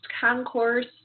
concourse